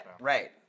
Right